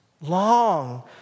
long